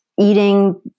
eating